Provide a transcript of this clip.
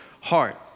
heart